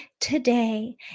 today